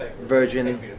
virgin